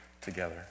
together